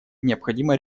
необходимо